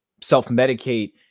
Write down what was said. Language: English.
self-medicate